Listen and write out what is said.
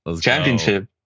championship